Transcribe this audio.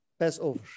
Passover